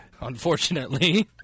Unfortunately